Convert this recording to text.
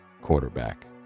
quarterback